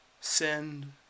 Send